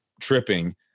tripping